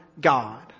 God